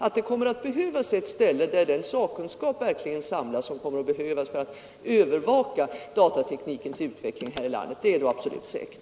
Att det kommer att behövas ett ställe där den sakkunskap samlas som krävs för övervakning av datateknikens utveckling här i landet är absolut säkert.